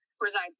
resides